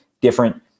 different